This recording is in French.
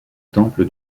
temple